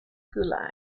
gulag